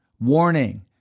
warning